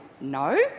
No